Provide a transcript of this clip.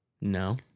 No